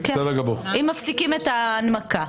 אם מפסיקים את ההנמקה.